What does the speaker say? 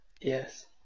yes